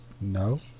No